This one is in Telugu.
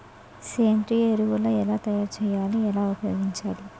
సేంద్రీయ ఎరువులు ఎలా తయారు చేయాలి? ఎలా ఉపయోగించాలీ?